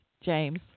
James